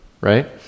right